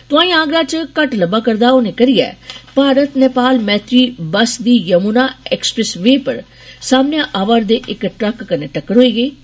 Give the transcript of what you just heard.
तुआई आगरा च घट्ट लब्बा रदा होने करियै भारत नेपाल मैत्री बस दी यमुना एक्सप्रेस पर सामने आवै रदे इक ट्रक कन्नै टक्कर होई गेइ